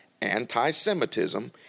anti-Semitism